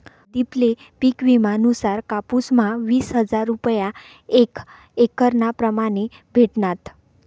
प्रदीप ले पिक विमा नुसार कापुस म्हा वीस हजार रूपया एक एकरना प्रमाणे भेटनात